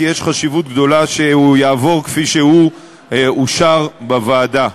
כי יש חשיבות גדולה שהוא יעבור כפי שהוא אושר בוועדה.